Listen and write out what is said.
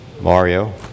Mario